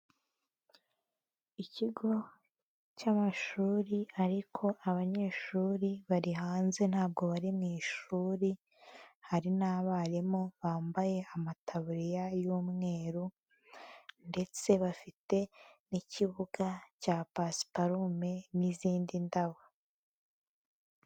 Ikigo cy'amashuri ariko abanyeshuri bari hanze ntabwo bari mu ishuri, hari n'abarimu bambaye amataburiya y'umweru ndetse bafite n'ikibuga cya pasiparume n'izindi ndabo.